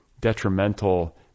detrimental